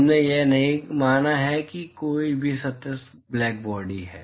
हमने यह नहीं माना है कि कोई भी सतह ब्लैकबॉडी है